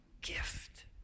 gift